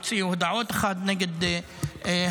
הוציאו הודעות אחד נגד השני,